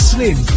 Slim